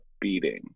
beating